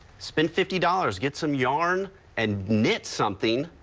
spend fifty dollars, get some yarn and knit something.